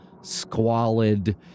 squalid